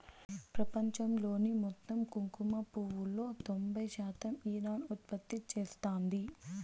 ప్రపంచంలోని మొత్తం కుంకుమ పువ్వులో తొంబై శాతం ఇరాన్ ఉత్పత్తి చేస్తాంది